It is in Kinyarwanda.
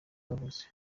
yavutse